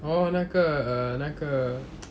orh 那个 uh 那个